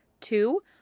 Two